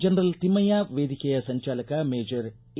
general Thimmayya ವೇದಿಕೆಯ ಸಂಚಾಲಕ major A